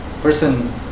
person